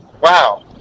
wow